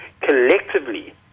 collectively